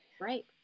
Right